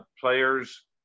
players